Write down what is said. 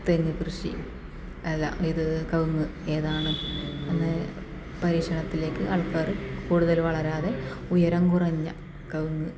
തെങ്ങ് കൃഷി അല്ല ഇത് കവുങ്ങ് ഏതാണ് എന്ന് പരീക്ഷണത്തിലേക്ക് ആൾക്കാറ് കൂടുതല് വളരാതെ ഉയരം കുറഞ്ഞ കവുങ്ങ്